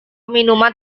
minuman